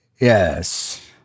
Yes